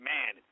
Man